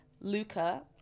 Luca